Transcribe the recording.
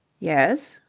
yes.